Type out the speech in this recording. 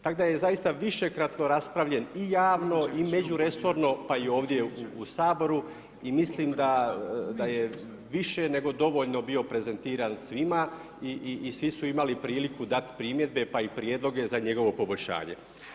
Tako da je zaista višekratno raspravljen u javno i međuresorno, pa i ovdje u Saboru, i mislim da je više nego dovoljno bio prezentiran svima i svi su imali priliku dati primjedbe pa i prijedloge za njegovo poboljšanje.